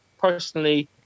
personally